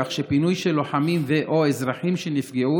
כך שפינוי של לוחמים ו/או אזרחים שנפגעו